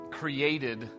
created